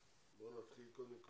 השר להשכלה גבוהה ומשלימה זאב אלקין: